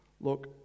look